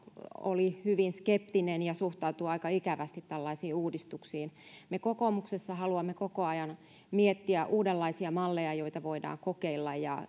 oli tuossa hyvin skeptinen ja suhtautui aika ikävästi tällaisiin uudistuksiin me kokoomuksessa haluamme koko ajan miettiä uudenlaisia malleja joita voidaan kokeilla